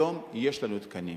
היום יש לנו תקנים.